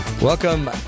Welcome